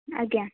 ଆଜ୍ଞା